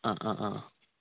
आं आं आं